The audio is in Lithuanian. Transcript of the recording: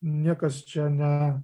niekas čia ne